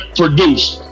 produced